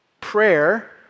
prayer